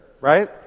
right